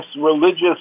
religious